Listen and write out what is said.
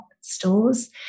stores